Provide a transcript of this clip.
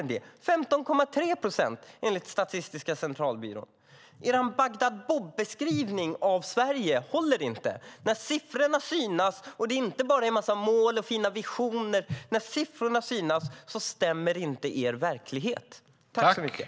Den är 15,3 procent enligt Statistiska centralbyrån. Er Bagdad Bob-beskrivning av Sverige håller inte! När siffrorna synas och det inte bara handlar om mål och visioner stämmer inte er verklighetsbeskrivning.